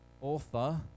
author